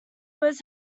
was